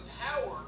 power